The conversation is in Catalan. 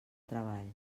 treball